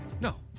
No